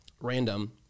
random